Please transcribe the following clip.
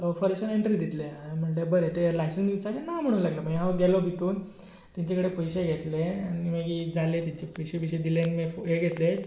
फोरस्टान entry दितले हांवें म्हणलें बरें ते लायसन्स विचारचे ना ना म्हाणूंक लागले मागीर हांंव गेलों भितर तेंचे कडेन पयशे घेतले आनी जाले तेंचे पयशे बयशे दिवन आनी मागीर हें घेतलें